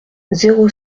zéro